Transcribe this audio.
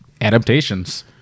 adaptations